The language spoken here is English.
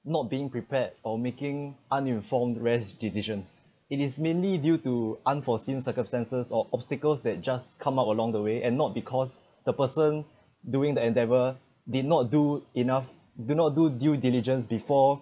not being prepared or making uninformed rash decisions it is mainly due to unforeseen circumstances or obstacles that just come up along the way and not because the person doing the endeavour did not do enough do not do due diligence before